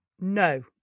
no